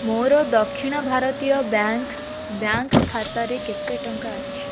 ମୋର ଦକ୍ଷିଣ ଭାରତୀୟ ବ୍ୟାଙ୍କ୍ ବ୍ୟାଙ୍କ୍ ଖାତାରେ କେତେ ଟଙ୍କା ଅଛି